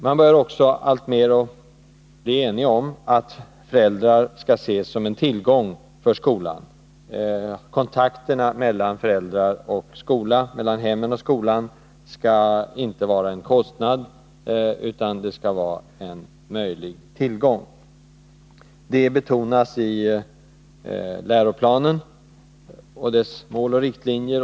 Man börjar också alltmer bli enig om att föräldrar skall ses som en tillgång för skolan. Kontakterna mellan hemmen och skolan skall inte ses som en kostnad, utan som en tillgång. Det betonas i läroplanen och dess mål och riktlinjer.